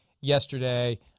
yesterday